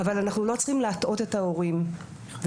אבל אנחנו לא צריכים להטעות את ההורים ולא